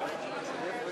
ההצעה